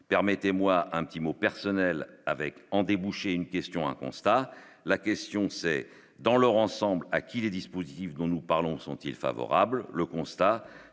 permettez-moi un petit mot personnel avec en déboucher une question, un constat : la question, c'est dans leur ensemble, à qui les dispositifs dont nous parlons sont-ils favorables,